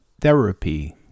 therapy